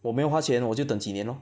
我没有花钱我就等几年 lor